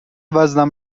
وزنم